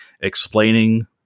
explaining